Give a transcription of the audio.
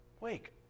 Wake